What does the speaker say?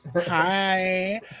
Hi